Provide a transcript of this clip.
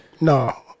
no